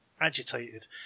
agitated